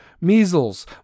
measles